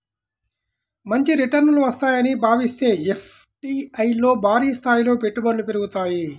మంచి రిటర్నులు వస్తాయని భావిస్తే ఎఫ్డీఐల్లో భారీస్థాయిలో పెట్టుబడులు పెరుగుతాయి